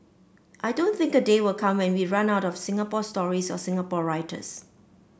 I don't think a day will come where we run out of Singapore stories or Singapore writers